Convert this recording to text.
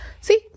See